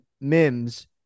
Mims